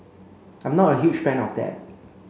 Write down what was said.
I'm not a huge fan of that